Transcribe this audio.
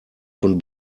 von